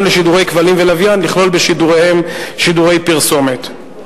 לשידורי כבלים ולוויין לכלול בשידוריהם שידורי פרסומת.